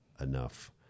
enough